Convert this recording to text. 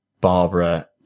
Barbara